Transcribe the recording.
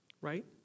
right